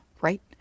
Right